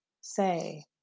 say